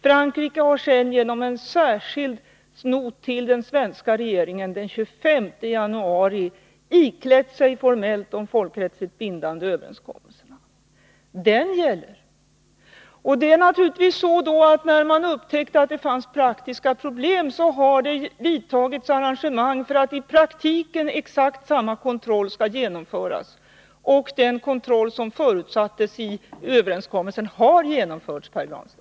Frankrike har sedan genom en särskild not till den svenska regeringen den 25 januari formellt iklätt sig den folkrättsligt bindande överenskommelsen. Den gäller. Det är naturligtvis så att när man upptäckt att det finns praktiska problem har man vidtagit arrangemang för att i praktiken exakt samma kontroll skall genomföras. Och den kontroll som förutsattes i överenskommelsen har genomförts, Pär Granstedt.